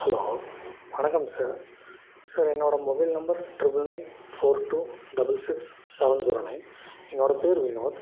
hello வணக்கம் sir sir என்னோட mobile number triple nine four two double six seven zero nine என்னோட பேர் வினோத்